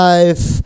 Life